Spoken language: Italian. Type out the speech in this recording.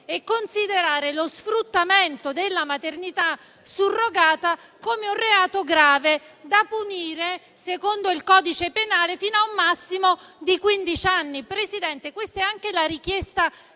di considerare lo sfruttamento della maternità surrogata come un reato grave, da punire, secondo il codice penale, fino a un massimo di quindici anni. Signor Presidente, questa è anche la richiesta